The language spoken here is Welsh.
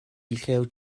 llew